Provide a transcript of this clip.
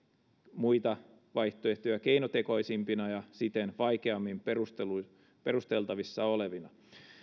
muita vaihtoehtoja keinotekoisempina ja siten vaikeammin perusteltavissa olevina